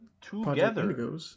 Together